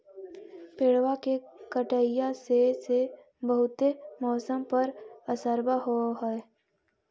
पेड़बा के कटईया से से बहुते मौसमा पर असरबा हो है?